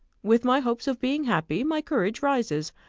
with my hopes of being happy, my courage rises.